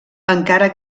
encara